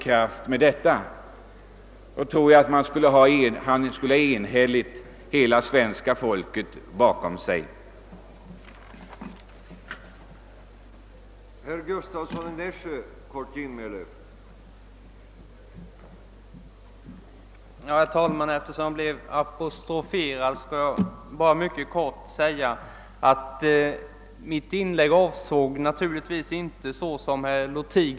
Jag tror han skulle få hela svenska folket med sig i en sådan strävan.